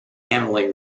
handling